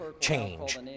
change